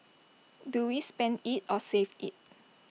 do we spend IT or save IT